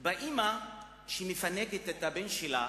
באמא שמפנקת את הבן שלה